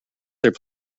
their